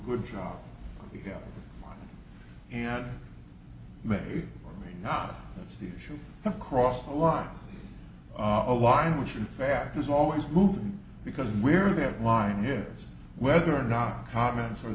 good job and may or may not that's the issue of cross the line a line which in fact is always moving because where that line is whether or not comments